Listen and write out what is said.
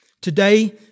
Today